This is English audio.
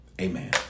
Amen